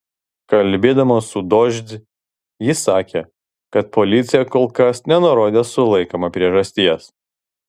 kalbėdama su dožd ji sakė kad policija kol kas nenurodė sulaikymo priežasties